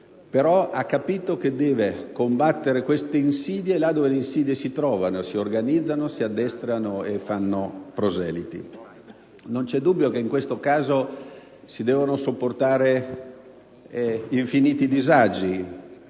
però, che deve combattere queste insidie là dove si trovano, si organizzano, si addestrano e fanno proseliti. Non vi è dubbio che in questo caso si devono sopportare infiniti disagi,